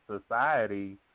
society